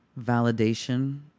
validation